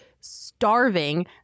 starving